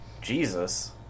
Jesus